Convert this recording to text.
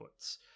inputs